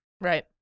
Right